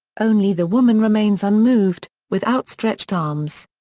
only the woman remains unmoved, with outstretched arms.